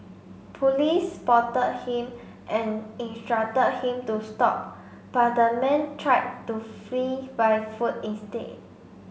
police spotted him and instructed him to stop but the man tried to flee by foot instead